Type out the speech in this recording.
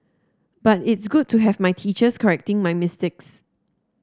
but it's good to have my teachers correcting my mistakes